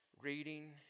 reading